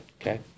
Okay